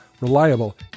reliable